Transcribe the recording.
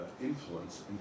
influence